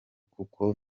kuko